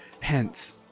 hence